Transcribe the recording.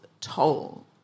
toll